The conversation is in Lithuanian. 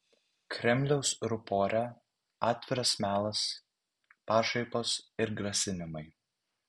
kremliaus rupore atviras melas pašaipos ir grasinimai